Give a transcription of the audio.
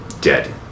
dead